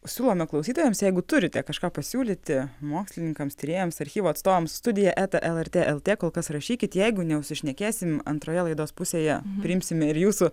siūlome klausytojams jeigu turite kažką pasiūlyti mokslininkams tyrėjams archyvo atstovams studija eta lrt lt kol kas rašykit jeigu neužsišnekėsim antroje laidos pusėje priimsime ir jūsų